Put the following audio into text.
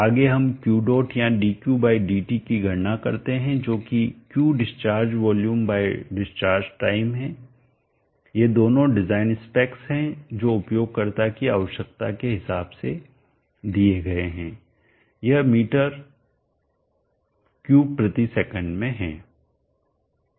आगे हम Q dot या dQdt की गणना करते हैं जो कि Q discharge volume by discharge time है ये दोनों डिज़ाइन स्पेक्स हैं जो उपयोगकर्ता की आवश्यकता के हिसाब से दिए गए यह मीटर क्यूब प्रति सेकंड में है